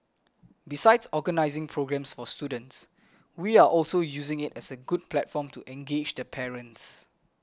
besides organising programmes for students we are also using it as a good platform to engage the parents